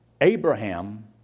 Abraham